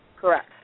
Correct